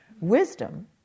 Wisdom